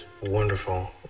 wonderful